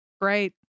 great